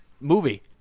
movie